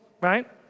right